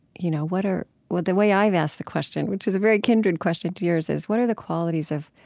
you know what are well, the way i've asked the question, which is a very kindred question to yours, is what are the qualities of